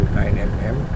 9mm